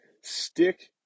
Stick